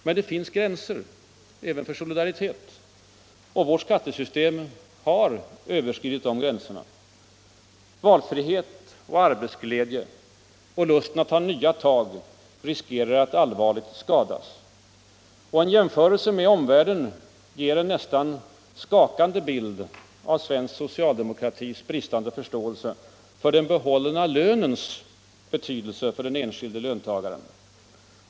Men det finns gränser även för solidaritet, och vårt skattesystem har överskridit de gränserna. Valfrihet och arbetsglädje och lusten att ta nya tag riskerar att allvarligt skadas. En jämförelse med omvärlden ger en nästan skakande bild av svensk socialdemokratis bristande förståelse för den behållna lönens betydelse för den enskilde löntagaren.